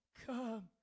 Come